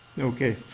Okay